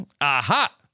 Aha